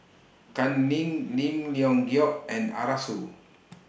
Kam Ning Lim Leong Geok and Arasu